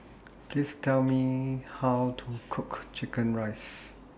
Please Tell Me How to Cook Chicken Rice